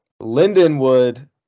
Lindenwood